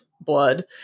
blood